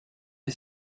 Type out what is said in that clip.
est